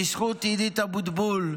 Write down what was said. בזכות עידית אבוטבול,